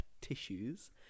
tissues